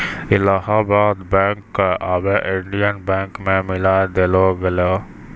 Allahabad bank क आबै Indian बैंको मे मिलाय देलो गेलै